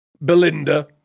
Belinda